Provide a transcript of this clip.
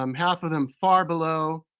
um half of them far below,